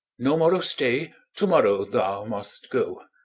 no more of stay to-morrow thou must go.